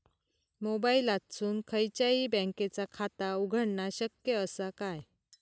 मोबाईलातसून खयच्याई बँकेचा खाता उघडणा शक्य असा काय?